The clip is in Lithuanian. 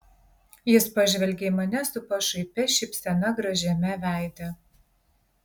jis pažvelgė į mane su pašaipia šypsena gražiame veide